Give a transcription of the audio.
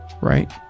right